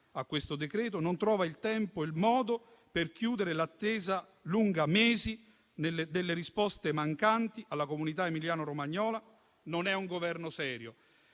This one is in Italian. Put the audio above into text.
a questo decreto-legge, e non trova il tempo e il modo per chiudere l'attesa lunga mesi delle risposte mancanti alla comunità emiliano romagnola non è un Governo serio.